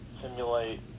simulate